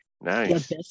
nice